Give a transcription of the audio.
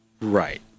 Right